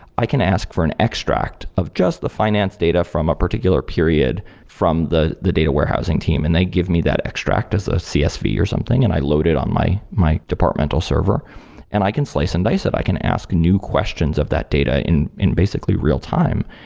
i can ask for an extract of just the finance data from a particular period from the the data warehousing team and they give me that extract as a csv or something and i load it my my departmental server and i can slice and dice it. i can ask new questions of that data in in basically real-time.